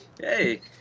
Hey